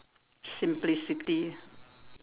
simplicity